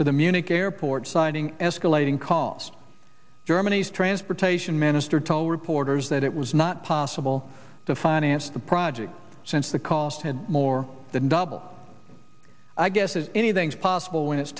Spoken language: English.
to the munich airport citing escalating costs germany's transportation minister told reporters that it was not possible to finance the project since the cost had more than double i guess is anything's possible when it's